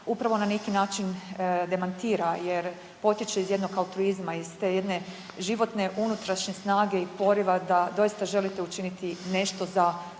upravo na neki način demantira jer potječe iz jednog altruizma, iz te jedne životne unutrašnje snage i poriva da doista želite učiniti nešto za